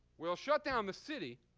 we'll shut down the city,